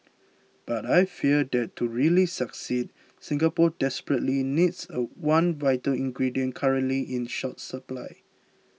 but I fear that to really succeed Singapore desperately needs a one vital ingredient currently in short supply